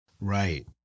Right